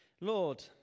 Lord